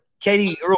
Katie